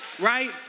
Right